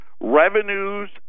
Revenues